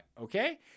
Okay